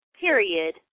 period